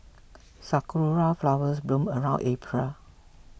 sakura flowers bloom around April